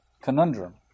conundrum